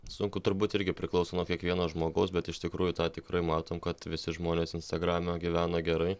sunku turbūt irgi priklauso nuo kiekvieno žmogaus bet iš tikrųjų tą tikrai matom kad visi žmonės instagrame gyvena gerai